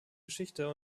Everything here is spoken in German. geschichte